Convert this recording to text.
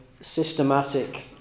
systematic